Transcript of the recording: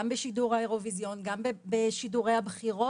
גם בשידור האירוויזיון, גם בשידורי הבחירות.